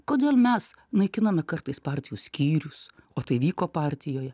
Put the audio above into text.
kodėl mes naikinome kartais partijų skyrius o tai vyko partijoje